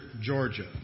Georgia